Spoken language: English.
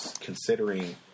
considering